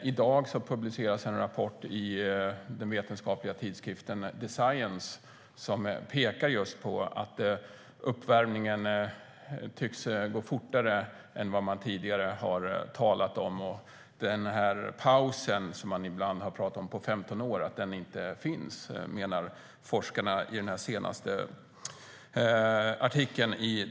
I dag publiceras en rapport i den vetenskapliga tidskriften Science som pekar på att uppvärmningen tycks gå fortare än vad man tidigare har talat om och att den paus på 15 år som man har talat om inte finns.